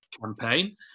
campaign